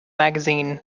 magazine